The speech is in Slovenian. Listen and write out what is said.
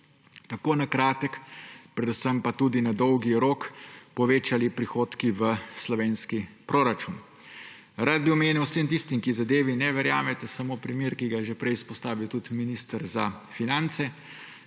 tako na kratek, predvsem pa tudi na dolgi rok povečali prihodki v slovenski proračun. Rad bi omenil vsem tistim, ki zadevi ne verjamete, samo primer, ki ga je že prej izpostavil tudi minister za finance,